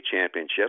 championship